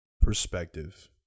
perspective